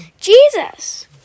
Jesus